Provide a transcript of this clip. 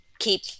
Keep